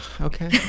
Okay